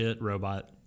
robot